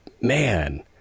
man